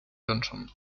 johnson